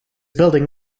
building